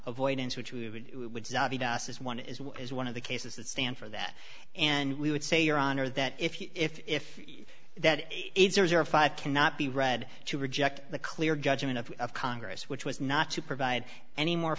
avoidance which says one is is one of the cases that stand for that and we would say your honor that if that is or five cannot be read to reject the clear judgment of congress which was not to provide any more